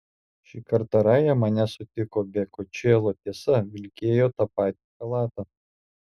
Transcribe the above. šį kartą raja mane sutiko be kočėlo tiesa vilkėjo tą patį chalatą